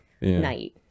night